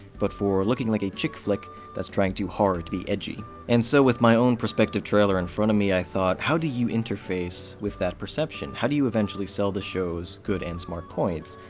but for looking like a chick flick that's trying too hard to be edgy. and so with my own prospective trailer in front of me, i thought how do you interface with that perception? how do you eventually sell the show's good and smart points?